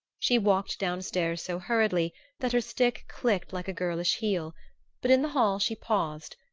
she walked down-stairs so hurriedly that her stick clicked like a girlish heel but in the hall she paused,